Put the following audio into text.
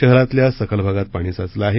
शहरातल्या सखल भागात पाणी साचलं आहे